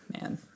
man